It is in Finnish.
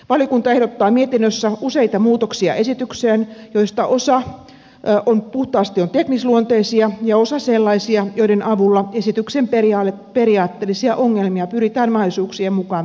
valiokunta ehdottaa mietinnössä esitykseen useita muutoksia joista osa puhtaasti on teknisluonteisia ja osa sellaisia joiden avulla esityksen periaatteellisia ongelmia pyritään mahdollisuuksien mukaan vähentämään